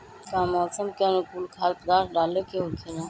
का मौसम के अनुकूल खाद्य पदार्थ डाले के होखेला?